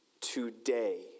today